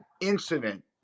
incident